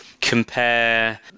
Compare